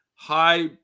High